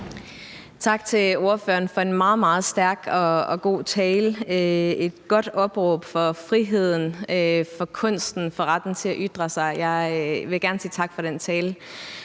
Tak til ordføreren for en meget, meget stærk og god tale, et godt opråb for friheden, for kunsten, for retten til at ytre sig. Jeg vil gerne sige tak for den tale.